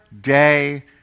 day